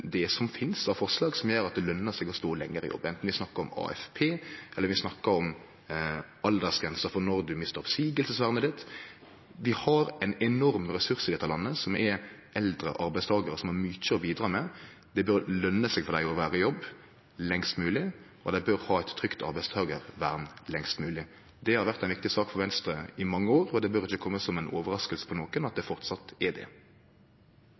det som finst av forslag som gjer at det løner seg å stå lenger i jobb, anten vi snakkar om AFP, eller vi snakkar om aldersgrenser for når du mister oppseiingsvernet ditt. Vi har ein enorm ressurs i dette landet, og det er eldre arbeidstakarar som har mykje å bidra med. Det bør løne seg for dei å vere i jobb lengst mogleg, og dei bør ha eit trygt arbeidstakarvern lengst mogleg. Det har vore ei viktig sak for Venstre i mange år, og det burde ikkje kome som ei overrasking på nokon at det fortsatt er det.